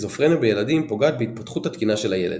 סכיזופרניה בילדים פוגעת בהתפתחות התקינה של הילד.